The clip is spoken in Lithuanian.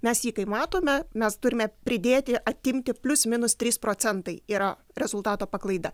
mes jį kaip matome mes turime pridėti atimti plius minus trys procentai yra rezultato paklaida